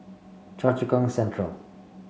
Choa Chu Kang Central